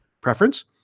preference